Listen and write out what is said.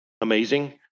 amazing